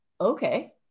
okay